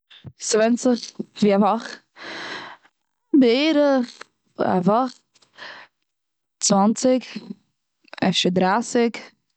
ס'ווענדט זיך ווי א וואך, בערך א וואך צוואנציג, אפשר דרייסיג.